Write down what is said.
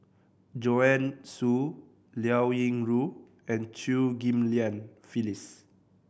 Joanne Soo Liao Yingru and Chew Ghim Lian Phyllis